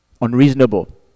Unreasonable